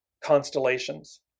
constellations